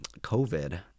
COVID